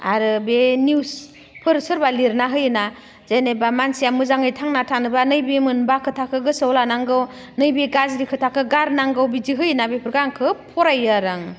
आरो बे निउजफोर सोरबा लिरना होयोना जेनेबा मानसिया मोजाङै थांना थानोब्ला नैबे मोनबा खोथाखौ गोसोआव लानांगौ नैबे गाज्रि खोथाखो गारनांगौ बिदि होयोना बिफोरखो आं खोब फरायो आरो आं